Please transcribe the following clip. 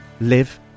live